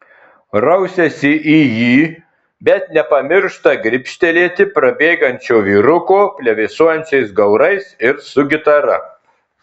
rausiasi į jį bet nepamiršta gribštelėti prabėgančio vyruko plevėsuojančiais gaurais ir su gitara